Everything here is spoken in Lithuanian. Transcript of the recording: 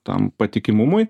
tam patikimumui